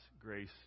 grace